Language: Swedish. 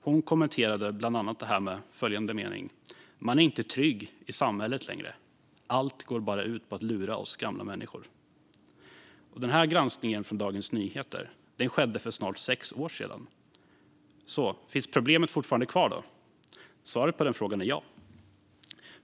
Hon kommenterade bland annat det hela med följande mening: "Man är inte trygg i samhället längre, allt går bara ut på att lura oss gamla människor." Denna granskning från DN skedde för snart sex år sedan. Så finns problemet fortfarande kvar? Svaret på den frågan är ja.